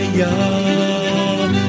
young